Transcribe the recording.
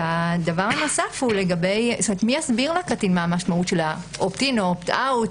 והדבר הנוסף הוא מי יסביר לקטין מה המשמעות של ה-opt-in או opt-out.